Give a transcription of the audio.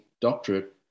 doctorate